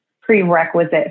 prerequisite